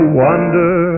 wonder